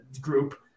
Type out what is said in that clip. group